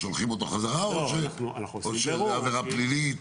שולחים אותו חזרה או שזו עבירה פלילית?